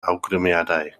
awgrymiadau